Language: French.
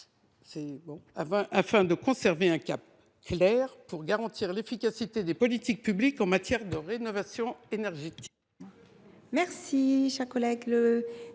afin de conserver un cap clair pour garantir l’efficacité des politiques publiques en matière de rénovation énergétique. L’amendement